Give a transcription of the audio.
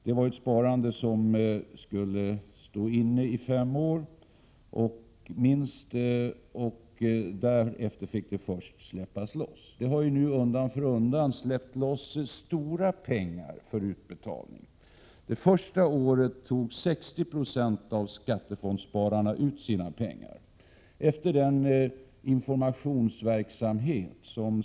Detta sparande innebar att pengarna skulle stå inne på banken i minst fem år. Därefter fick människor ta ut dessa pengar. Undan för undan har mycket pengar tagits ut. När dessa fem år hade gått tog 60 20 av skattefondsspararna ut sina pengar under det första året därefter.